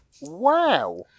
Wow